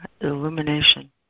illumination